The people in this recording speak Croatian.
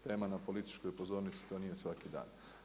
Tema na političkoj pozornici to nije svaki dan.